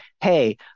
hey